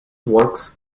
works